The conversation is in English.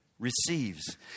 Receives